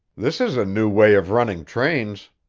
this is a new way of running trains,